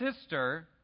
sister